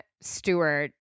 Stewart